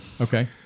Okay